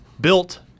built